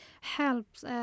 helps